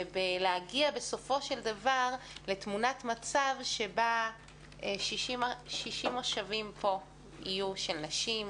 ולהגיע בסופו של דבר לתמונת מצב שבה 60 מושבים פה יהיו של נשים,